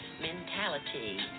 mentality